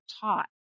taught